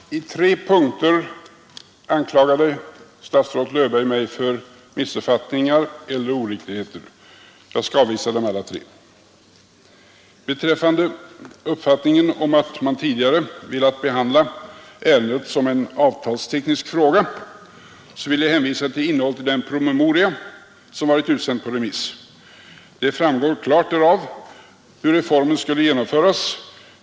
Herr talman! I tre punkter anklagade statsrådet mig för missuppfattningar eller oriktigheter. Jag skall avvisa dem alla tre. Beträffande uppfattningen att man tidigare velat behandla ärendet som en avtalsteknisk fråga vill jag hänvisa till innehållet i den promemoria som varit utsänd på remiss. Det framgår klart därav hur reformen skulle genomföras.